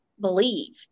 believe